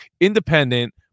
independent